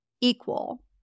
equal